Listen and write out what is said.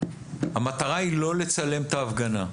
המטרה היא לא לצלם את ההפגנה.